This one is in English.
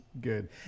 good